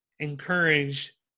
encourage